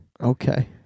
okay